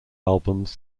albums